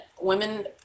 women